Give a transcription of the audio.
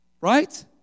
Right